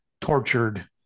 tortured